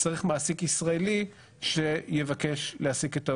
צריך מעסיק ישראלי שיבקש להעסיק את העובד.